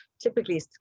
typically